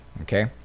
okay